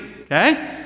Okay